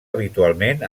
habitualment